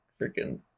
freaking